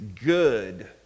good